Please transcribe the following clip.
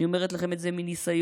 אני אומרת לכם את זה מניסיון,